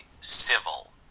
civil